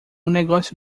negócio